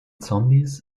zombies